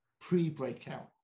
pre-breakout